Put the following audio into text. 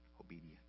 obedience